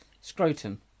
scrotum